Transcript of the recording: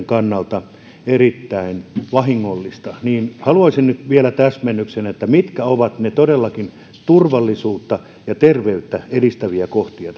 kannalta erittäin vahingollista niin haluaisin nyt vielä täsmennyksen että mitkä ovat tässä todellakin niitä turvallisuutta ja terveyttä edistäviä kohtia